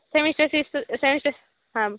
semester সিস্টে semester হ্যাঁ